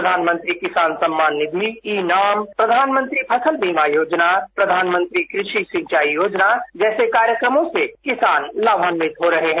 प्रधानमंत्री किसान सम्मान निधि के नाम प्रधानमंत्री फलस बीमा योजना प्रधानमंत्री कृषि सिचाई योजना जैसे कार्यक्रमों से किसान लाभान्वित हो रहे हैं